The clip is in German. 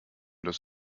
des